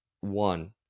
one